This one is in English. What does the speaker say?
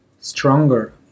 stronger